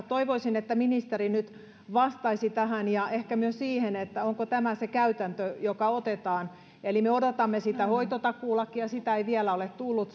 toivoisin että ministeri nyt vastaisi tähän ja ehkä myös siihen onko tämä se käytäntö joka otetaan eli me odotamme sitä hoitotakuulakia sitä ei vielä ole tullut